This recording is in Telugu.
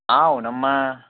ఆ అవునమ్మా